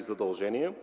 задължения,